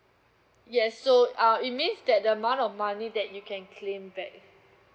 yes so uh it means that the amount of money that you can claim back